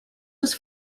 was